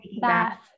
bath